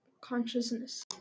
consciousness